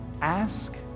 Ask